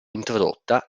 introdotta